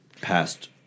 past